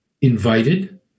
invited